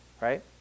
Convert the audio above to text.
right